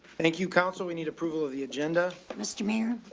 thank you council. we need approval of the agenda. mr mayor.